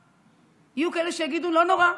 יהיו כאלה שיגידו: לא נורא,